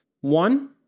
One